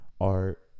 art